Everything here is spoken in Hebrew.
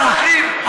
רק לכם יש ערכים,